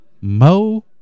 Mo